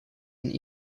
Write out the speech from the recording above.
and